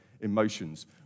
emotions